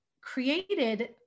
created